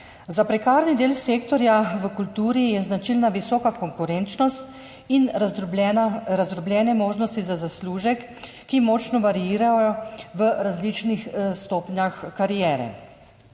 Za prekarni del sektorja v kulturi so značilne visoka konkurenčnost in razdrobljene možnosti za zaslužek, ki močno variira v različnih stopnjah kariere.